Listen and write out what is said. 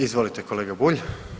Izvolite kolega Bulj.